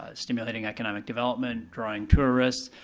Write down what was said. ah stimulating economic development, drawing tourists.